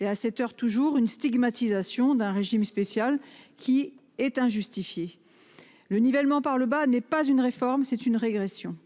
et à cette heures toujours une stigmatisation d'un régime spécial qui est injustifiée. Le nivellement par le bas n'est pas une réforme, c'est une régression.